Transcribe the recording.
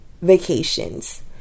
vacations